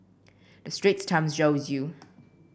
the Straits Times shows you